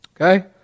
Okay